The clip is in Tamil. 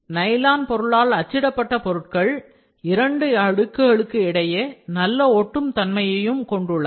நைலான் பொருளால் அச்சிடப்பட்ட பொருட்கள் இரண்டு அடுக்குகளுக்கு இடையே நல்ல ஒட்டும் தன்மையையும் கொண்டுள்ளது